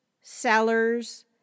sellers